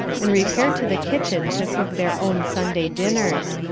and repair to the kitchen to cook their own sunday dinners.